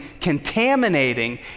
contaminating